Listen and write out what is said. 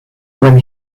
when